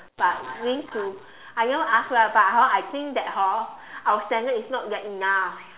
but link to I never ask lah but hor I think that hor our standard is not good enough